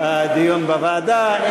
הדיון בוועדה.